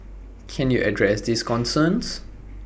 can you address these concerns